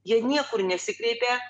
jie niekur nesikreipė